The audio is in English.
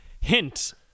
Hint